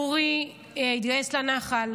שאורי התגייס לנח"ל.